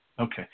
Okay